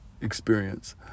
experience